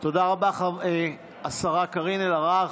תודה רבה, השרה קארין אלהרר.